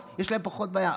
אז יש להם פחות בעיה,